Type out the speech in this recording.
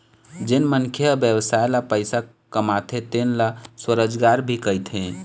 जेन मनखे ह बेवसाय ले पइसा कमाथे तेन ल स्वरोजगार भी कहिथें